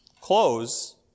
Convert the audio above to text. close